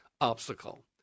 obstacle